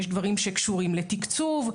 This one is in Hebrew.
יש דברים שקשורים לתקצוב,